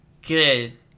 Good